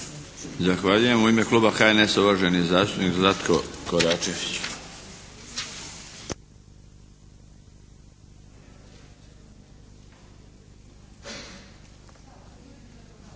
Zahvaljujem. U ime Kluba HNS-a uvaženi zastupnik Zlatko Koračević.